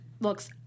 Looks